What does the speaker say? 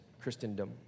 Christendom